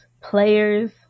players